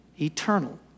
Eternal